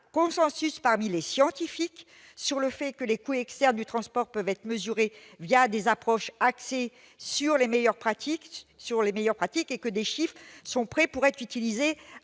se dégage parmi les scientifiques sur le fait que les coûts externes du transport peuvent être mesurés des approches axées sur les meilleures pratiques et que des chiffres sont prêts pour être utilisés